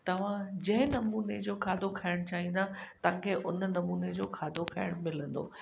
तव्हां जंहिं नमूने जो खाधो खाइणु चाहींदा तव्हां खे उन नमूने जो खाधो खाइणु मिलंदो